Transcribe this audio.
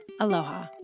aloha